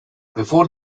before